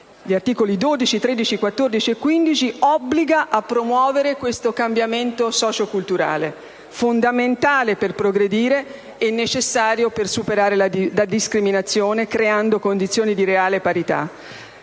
agli articoli 12, 13, 14 e 15 del Capitolo III - obbliga a promuovere questo cambiamento socio-culturale, fondamentale per progredire e necessario per superare la discriminazione, creando condizioni di reale parità.